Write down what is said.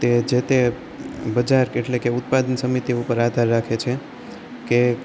તે જે તે બજાર એટલે કે ઉત્પાદન સમિતિ ઉપર આધાર રાખે છે કે